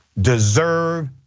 deserve